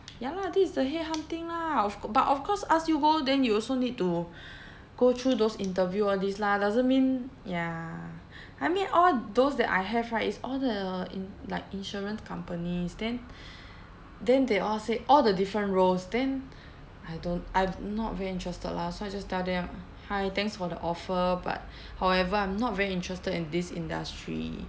ya lah this is the headhunting lah of cou~ but of course ask you go then you also need to go through those interview all this lah doesn't mean ya I mean all those that I have right is all the in~ like insurance companies then then they all said all the different roles then I don't I not very interested lah so I just tell them hi thanks for the offer but however I'm not very interested in this industry